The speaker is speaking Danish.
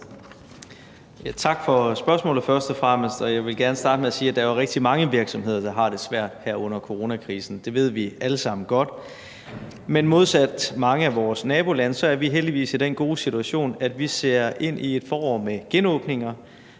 tak for spørgsmålet. Jeg vil gerne starte med at sige, at der er rigtig mange virksomheder, der har det svært her under coronakrisen. Det ved vi alle sammen godt. Men modsat mange af vores nabolande er vi heldigvis i den gode situation, at vi ser ind i et forår med genåbninger.